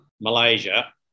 Malaysia